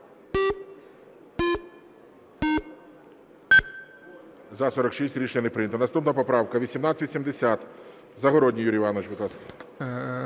За-46 Рішення не прийнято. Наступна поправка 1870, Загородній Юрій Іванович, будь ласка.